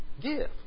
Give